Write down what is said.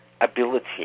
ability